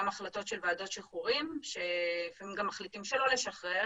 גם החלטות של ועדות שחרורים שלפעמים מחליטים גם לא לשחרר.